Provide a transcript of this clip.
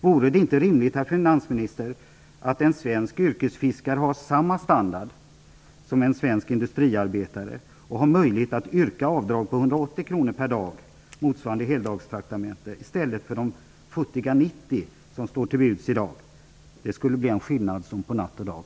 Vore det inte rimligt, herr finansminister, att en svensk yrkesfiskare har samma standard som en svensk industriarbetare och har möjligheter att yrka avdrag på 180 kr per dag, motsvarande heldagstraktamente, i stället för de futtiga 90 kr som gäller i dag? Det skulle bli en skillnad som på natt och dag.